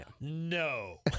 No